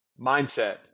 mindset